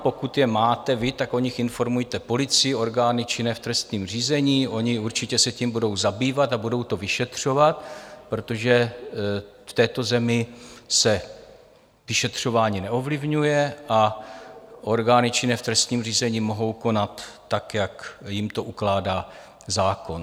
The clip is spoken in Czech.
Pokud je máte vy, tak o nich informujte policii, orgány činné v trestním řízení, oni určitě se tím budou zabývat a budou to vyšetřovat, protože v této zemi se vyšetřování neovlivňuje a orgány činné v trestním řízení mohou konat tak, jak jim to ukládá zákon.